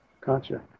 Gotcha